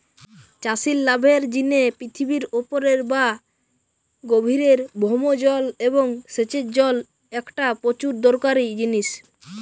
চাষির লাভের জিনে পৃথিবীর উপরের বা গভীরের ভৌম জল এবং সেচের জল একটা প্রচুর দরকারি জিনিস